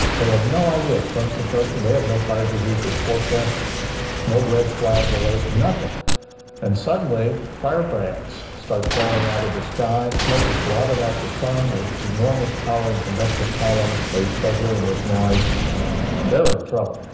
they had no idea of fronts approaching they have no fire behavior forecast no red flag alert nothing and suddenly fire brands start falling out of the sky smoke has blotted out the there's enormous towering convective columns they start hearing this noise they're in trouble